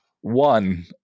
one